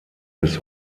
bis